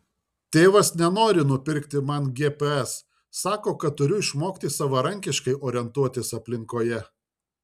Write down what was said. tėvas nenori nupirkti man gps sako kad turiu išmokti savarankiškai orientuotis aplinkoje